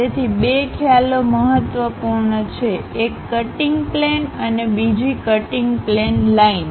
તેથી બે ખ્યાલો મહત્વપૂર્ણ છેએક કટિંગ પ્લેન અને બીજી કટીંગ પ્લેન લાઇન